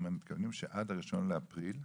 שהם מתכוונים שעד ה-1.4.2023